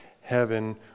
heaven